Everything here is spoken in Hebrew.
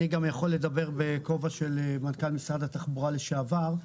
אני גם יכול לדבר בכובע של מנכ"ל משרד התחבורה לשעבר.